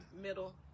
middle